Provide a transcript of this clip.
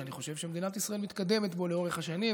שאני חושב שמדינת ישראל מתקדמת בו לאורך השנים,